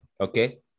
okay